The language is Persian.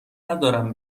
ندارم